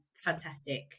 Fantastic